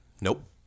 Nope